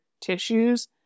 tissues